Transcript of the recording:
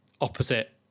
opposite